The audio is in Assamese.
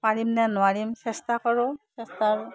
পাৰিমনে নোৱাৰিম চেষ্টা কৰোঁ চেষ্টাৰ